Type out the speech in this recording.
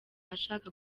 ashaka